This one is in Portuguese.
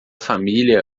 família